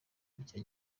rya